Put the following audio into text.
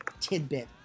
tidbit